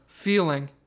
feeling